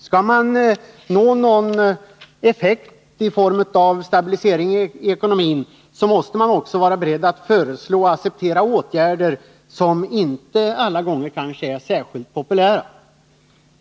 Skall man nå någon effekt i form av stabilisering i ekonomin, så måste man också vara beredd att föreslå och acceptera åtgärder som alla gånger kanske inte är särskilt populära.